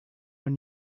when